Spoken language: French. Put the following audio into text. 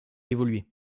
évolué